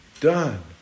done